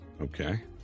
Okay